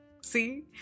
See